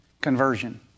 conversion